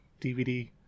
DVD